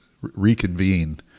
reconvene